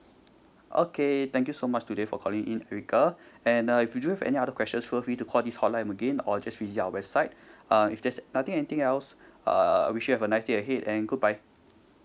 okay thank you so much today for calling in erica and uh if you do have any other questions feel free to call this hotline again or just visit our website uh if there's nothing anything else uh wish you have a nice day ahead and goodbye